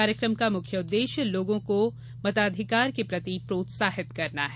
कार्यकम का मुख्य उद्वेश्य लोगों को मताधिकार के प्रति प्रोत्साहित करना है